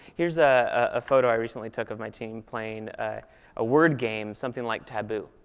here's a photo i recently took of my team playing a word game, something like taboo,